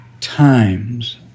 times